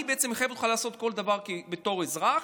אני בעצם מחייב אותך לעשות כל דבר בתור אזרח,